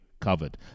covered